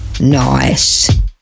Nice